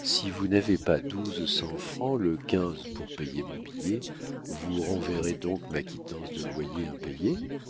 si vous n'avez pas douze cents francs le quinze pour payer mon billet vous renverrez donc ma quittance de loyer impayée